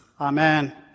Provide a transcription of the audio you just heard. Amen